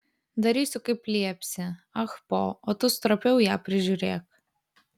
darysiu kaip liepsi ah po o tu stropiau ją prižiūrėk